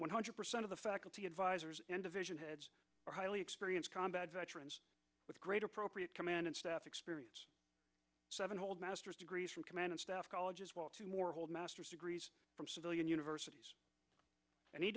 one hundred percent of the faculty advisors and division heads or highly experienced combat veterans with great appropriate command and staff experience seven hold masters degrees from command staff college as well to more hold masters degrees from civilian universities and